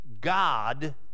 God